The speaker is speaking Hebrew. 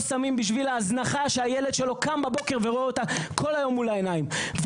שמים בשביל ההזנחה שהילד שלו קם בבוקר ורואה אותה כל היום מול העיניים.